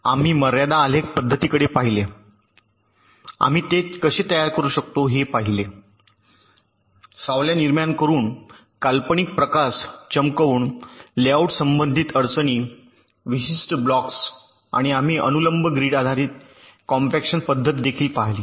आम्ही मर्यादा आलेख पद्धतीकडे पाहिले आम्ही ते कसे तयार करू शकतो हे पाहिले सावल्या निर्माण करून काल्पनिक प्रकाश चमकवून लेआउट संबंधित अडचणी विशिष्ट ब्लॉक्स आणि आम्ही अनुलंब ग्रीड आधारित कॉम्पॅक्शन पद्धत देखील पाहिली